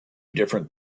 different